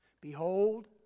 Behold